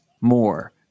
more